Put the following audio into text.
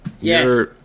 yes